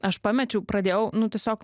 aš pamečiau pradėjau nu tiesiog